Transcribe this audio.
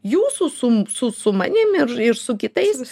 jūsų su su su manim ir ir su kitais